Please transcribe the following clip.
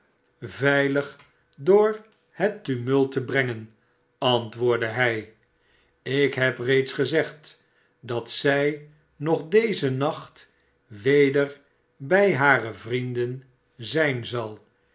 veilig door het tumult te brengen antwoordde hij slk heb reeds gezegd dat zij nog dezen nacht weder bij hare vrienden zijn zal